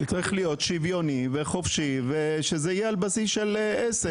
זה צריך להיות שוויוני וחופשי ושזה יהיה על בסיס של עסק.